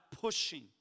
pushing